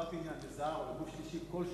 נניח, לטובת העניין, לזר או לגוף שלישי כלשהו,